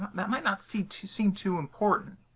that might not seem too seem too important,